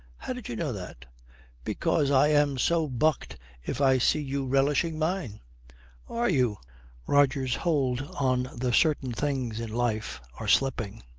how did you know that because i am so bucked if i see you relishing mine are you roger's hold on the certain things in life are slipping.